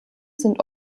sind